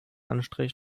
anstrich